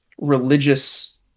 religious